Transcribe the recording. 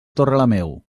torrelameu